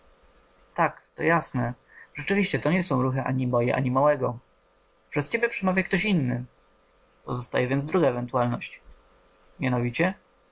tak to jasne rzeczywiście to nie są ruchy ani moje ani małego przez ciebie przemawia ktoś inny pozostaje więc druga ewentualność mianowicie